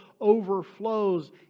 overflows